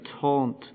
taunt